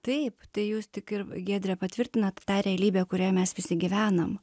taip tai jūs tik ir giedre patvirtinat tą realybę kurioj mes visi gyvenam